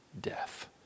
death